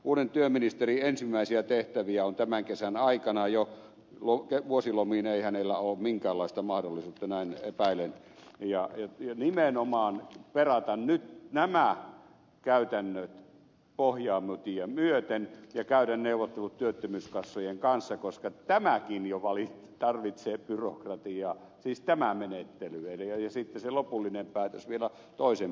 uuden työministerin ensimmäisiä tehtäviä on tämän kesän aikana jo vuosilomiin ei hänellä ole minkäänlaista mahdollisuutta näin epäilen nimenomaan perata nyt nämä käytännöt pohjamutia myöten ja käydä neuvottelut työttömyyskassojen kanssa koska tämäkin jo tarvitsee byrokratiaa siis tämä menettely ja sitten se lopullinen päätös vielä toisen byrokratian